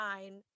nine